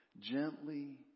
gently